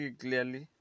clearly